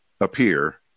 appear